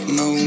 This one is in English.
no